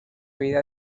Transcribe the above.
vida